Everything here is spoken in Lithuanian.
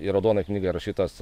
į raudoną knygą įrašytos